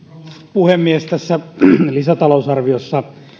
puhemies tässä lisätalousarviossa